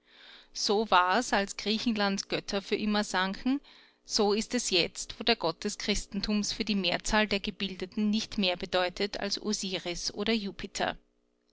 so war's als griechenlands götter für immer sanken so ist es jetzt wo der gott des christentums für die mehrzahl der gebildeten nicht mehr bedeutet als osiris oder jupiter